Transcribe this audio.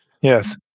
Yes